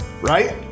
right